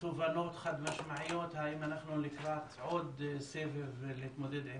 תובנות חד משמעיות האם אנחנו לקראת עוד סבב להתמודד עם